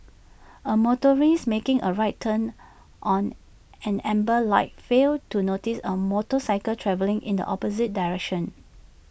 A motorist making A right turn on an amber light failed to notice A motorcycle travelling in the opposite direction